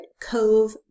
cove